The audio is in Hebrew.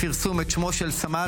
חברי הכנסת, תם סדר-היום.